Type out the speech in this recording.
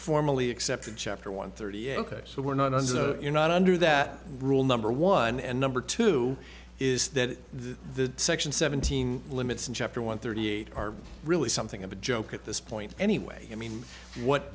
formally accepted chapter one thirty eight so we're not under you not under that rule number one and number two is that the section seventeen limits in chapter one thirty eight are really something of a joke at this point anyway i mean what